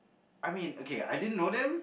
I mean okay I didn't know them